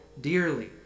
dearly